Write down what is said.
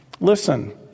Listen